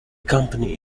company